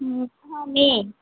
হুম হ্যাঁ মেয়ে